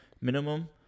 Minimum